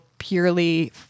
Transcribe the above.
purely